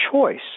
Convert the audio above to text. choice